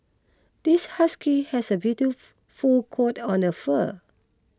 this husky has a beautiful coat one the fur